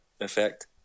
effect